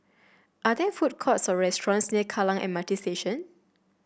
are there food courts or restaurants near Kallang M R T Station